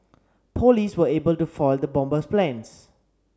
police were able to foil the bomber's plans